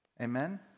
Amen